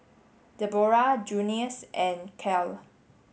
Debora Junius and Kale